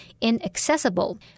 inaccessible